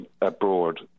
abroad